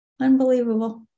Unbelievable